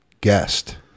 guest